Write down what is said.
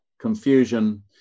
confusion